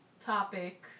topic